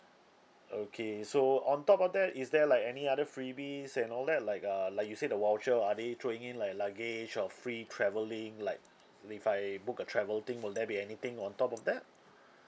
okay so on top of that is there like any other freebies and all that like err like you said the voucher are they throwing in like a luggage or free travelling like if I book a travel thing will there be anything on top of that